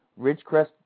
Ridgecrest